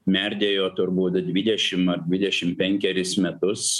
merdėjo turbūt dvidešim ar dvidešim penkeris metus